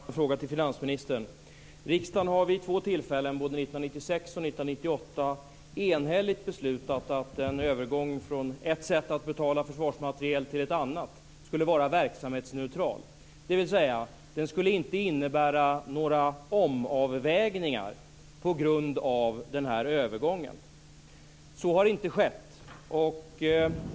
Herr talman! Jag har en fråga till finansministern. Riksdagen har vid två tillfällen, 1996 och 1998, enhälligt beslutat att en övergång från ett sätt att betala försvarsmateriel till ett annat skulle vara verksamhetsneutral. Det skulle alltså inte bli några omavvägningar på grund av övergången. Så har inte blivit fallet.